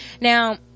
Now